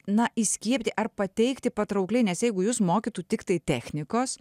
na įskiepyti ar pateikti patraukliai nes jeigu jus mokytų tiktai technikos